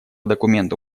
документу